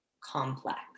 complex